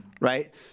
right